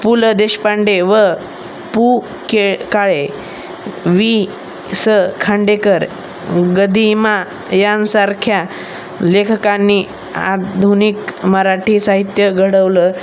पु ल देशपांडे व पु केळ काळे वि स खांडेकर गदीमा यांसारख्या लेखकांनी आधुनिक मराठी साहित्य घडवलं